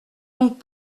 donc